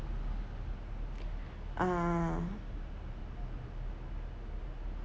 ah